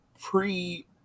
pre